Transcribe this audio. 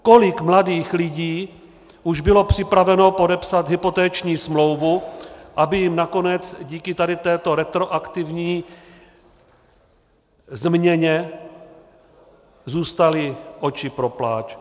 Kolik mladých lidí už bylo připraveno podepsat hypoteční smlouvu, aby jim nakonec díky tady této retroaktivní změně zůstaly oči pro pláč?